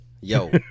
Yo